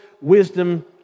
wisdom